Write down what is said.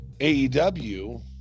AEW